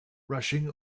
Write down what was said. rushing